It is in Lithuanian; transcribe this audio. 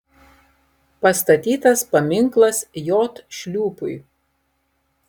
pastatytas paminklas j šliūpui